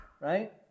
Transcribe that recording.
right